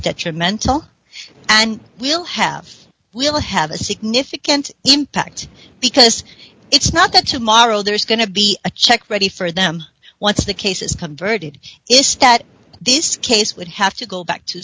detrimental and will have will have a significant impact because it's not that tomorrow there's going to be a check ready for them once the case is converted is stat this case would have to go back to